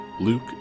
Luke